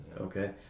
okay